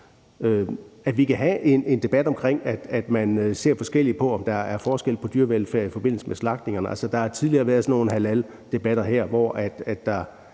Vi kan have en debat om, at man ser forskelligt på, om der er forskel på dyrevelfærd i forbindelse med slagtning. Der har tidligere været sådan nogle halaldebatter her, hvor